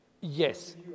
Yes